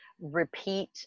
repeat